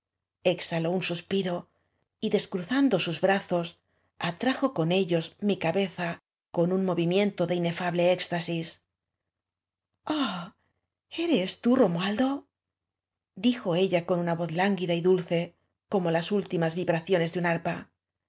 exbaló uq suspiro y descruzando sus brazos atrajo con ellos mi cabeza con ua movimiento de inefable éxtasis jahi eres td romualdo dijo ella con una voz lánguida y dulce como las últimas vibrado nes de un arpa